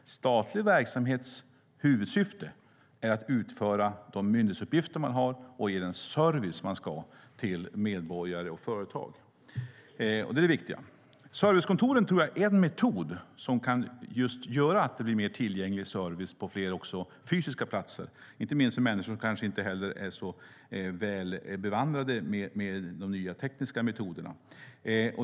Statlig verksamhets huvudsyfte är att utföra de myndighetsuppgifter man har och ge den service som man ska till medborgare och företag. Det är det viktiga. Servicekontoren tror jag är en metod som kan göra att det blir mer tillgänglig service på flera fysiska platser, inte minst för människor som kanske inte är så väl bevandrade i de nya tekniska metoderna.